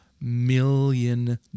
million